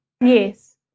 Yes